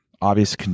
obvious